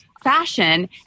fashion